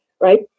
right